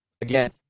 again